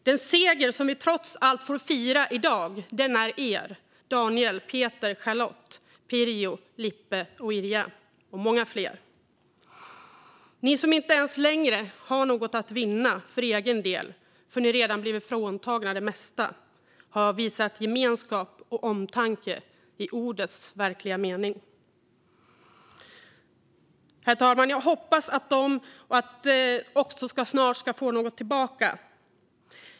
Den seger som vi trots allt får fira i dag är er: Daniel, Peter, Charlotte, Pirjo, Lippe, Irja och många fler. Ni, som inte ens har något att vinna för egen del, för ni har redan blivit fråntagna det mesta, har visat gemenskap och omtanke i ordens verkliga mening. Herr talman! Jag hoppas att de också snart ska få någonting tillbaka.